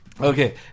Okay